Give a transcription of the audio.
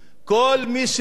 כל מי שרוצה,